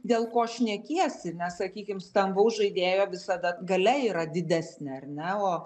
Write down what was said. dėl ko šnekiesi nes sakykim stambaus žaidėjo visada galia yra didesnė ar ne o